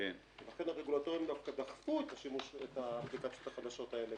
ולכן הרגולטורים דווקא דחפו את האפליקציות החדשות האלה,